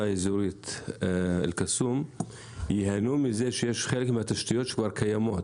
האזורית אל קסום ייהנו מזה שחלק מהתשתיות כבר קיימות?